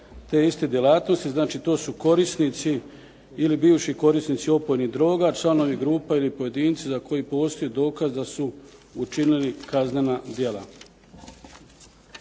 te iste djelatnosti. Znači, to su korisnici ili bivši korisnici opojnih droga, članovi grupa ili pojedinci za koje postoji dokaz da su učinili kaznena djela.